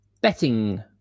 betting